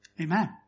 Amen